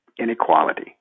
Inequality